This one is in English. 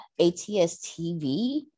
ATS-TV